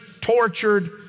tortured